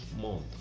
month